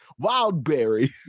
Wildberry